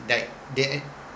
like they